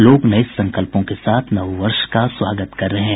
लोग नये संकल्पों के साथ नव वर्ष का स्वागत कर रहे हैं